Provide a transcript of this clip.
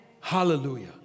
Hallelujah